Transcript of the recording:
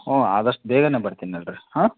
ಹ್ಞೂ ಆದಷ್ಟು ಬೇಗನೆ ಬರ್ತೀನಿ ನಡೀರಿ ಹಾಂ